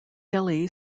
delhi